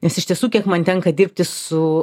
nes iš tiesų kiek man tenka dirbti su